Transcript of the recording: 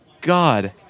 God